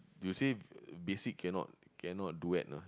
you say basic cannot cannot duet ah